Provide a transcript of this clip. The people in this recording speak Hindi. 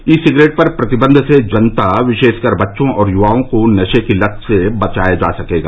ई सिगरेट पर प्रतिबंध से जनता विशेषकर बच्चों और युवाओं को नशे की लत से बचाया जा सकेगा